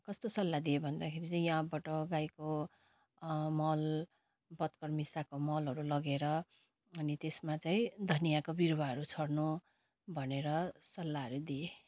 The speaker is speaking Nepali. कस्तो सल्लाह दिएँ भन्दाखेरि चाहिँ यहाँबाट गाईको मल पतकर मिसाएको मलहरू लगेर अनि त्यसमा चाहिँ धनियाँको बिरुवाहरू छर्नु भनेर सल्लाहहरू दिएँ